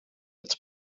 its